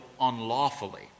unlawfully